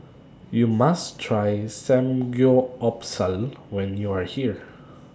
YOU must Try Samgyeopsal when YOU Are here